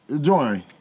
join